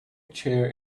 chair